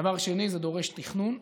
דבר שני, זה דורש תכנון,